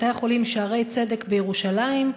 בתי-החולים "שערי צדק" בירושלים,